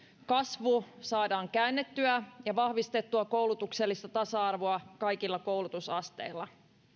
kasvu saadaan käännettyä ja se että saadaan vahvistettua koulutuksellista tasa arvoa kaikilla koulutusasteilla